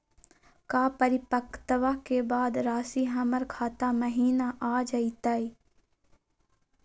का परिपक्वता के बाद रासी हमर खाता महिना आ जइतई?